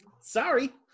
Sorry